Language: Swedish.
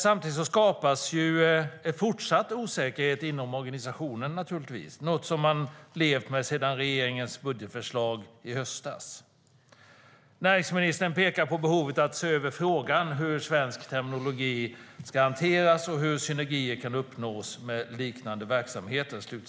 Samtidigt skapas naturligtvis en fortsatt osäkerhet inom organisationen, något man har levt med sedan regeringens budgetförslag i höstas. Näringsministern pekar på behovet av att se över frågan hur svensk terminologi ska hanteras och hur synergier med liknande verksamheter kan uppnås.